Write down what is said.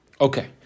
Okay